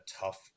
tough